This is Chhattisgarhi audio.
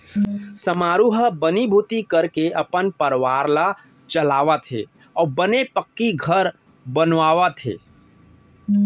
समारू ह बनीभूती करके अपन परवार ल चलावत हे अउ बने पक्की घर बनवावत हे